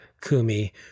kumi